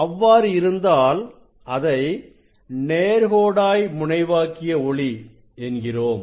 அவ்வாறு இருந்தால் அதை நேர்கோடாய்முனைவாக்கிய ஒளி என்கிறோம்